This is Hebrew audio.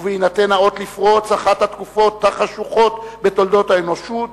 ובהינתן האות לפרוץ אחת התקופות החשוכות בתולדות האנושות,